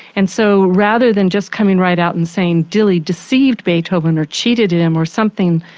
and so rather than just coming right out and saying dilly deceived beethoven or cheated him or something.